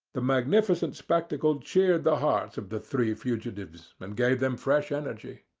the magnificent spectacle cheered the hearts of the three fugitives and gave them fresh energy.